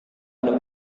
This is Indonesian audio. ada